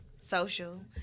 social